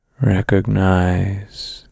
Recognize